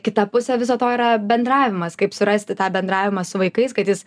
kita pusė viso to yra bendravimas kaip surasti tą bendravimą su vaikais kad jis